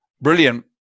brilliant